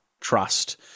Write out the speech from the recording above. Trust